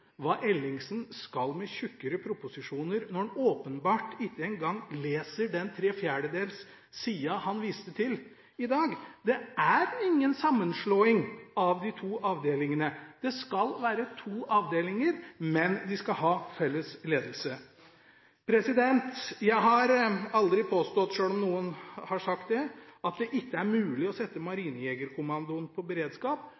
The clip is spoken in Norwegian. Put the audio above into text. hva representanten Ellingsen skal med tykkere proposisjoner, når han åpenbart ikke engang leser den tre fjerdedels siden han viste til i dag. Det er ingen sammenslåing av de to avdelingene. Det skal være to avdelinger, men de skal ha felles ledelse. Jeg har aldri påstått, selv om noen har sagt det, at det ikke er mulig å sette